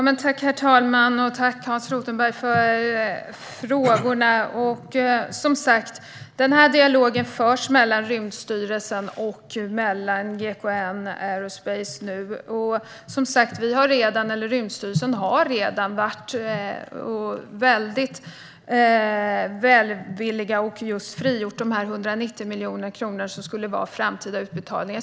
Herr talman! Jag tackar Hans Rothenberg för frågorna. Som sagt: Den här dialogen förs mellan Rymdstyrelsen och GKN Aerospace. Rymdstyrelsen har redan varit väldigt välvillig och frigjort 190 miljoner kronor från framtida utbetalningar.